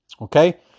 Okay